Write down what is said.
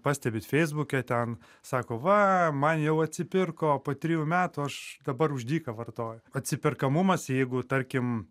pastebit feisbuke ten sako va man jau atsipirko po trijų metų aš dabar už dyka vartoju atsiperkamumas jeigu tarkim